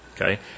Okay